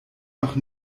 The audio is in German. doch